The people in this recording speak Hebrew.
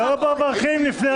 אני מתכבדת לפתוח את הישיבה.